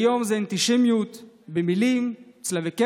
היום זה אנטישמיות במילים, צלבי קרס,